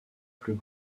plus